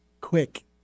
quick